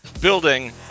building